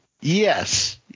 yes